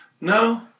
no